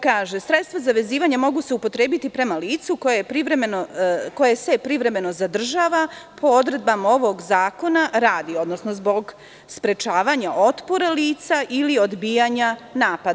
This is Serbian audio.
Kaže – sredstva za vezivanje mogu se upotrebiti prema licu koje se privremeno zadržava po odredbama ovog zakona, radi sprečavanja otpora lica ili odbijanja napada.